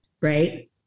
Right